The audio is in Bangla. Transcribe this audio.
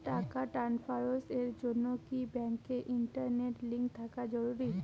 টাকা ট্রানস্ফারস এর জন্য কি ব্যাংকে ইন্টারনেট লিংঙ্ক থাকা জরুরি?